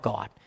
God